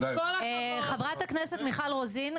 חברת הכנסת מיכל רוזין,